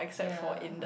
ya